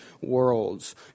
worlds